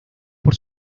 por